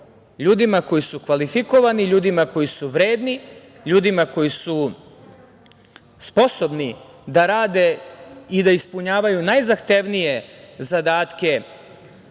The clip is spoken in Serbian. ljudima koji su kvalifikovani, ljudima koji su vredni, ljudima koji su sposobni da rade i da ispunjavaju najzahtevnije zadatke